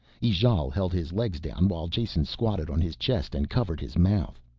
ijale held his legs down while jason squatted on his chest and covered his mouth.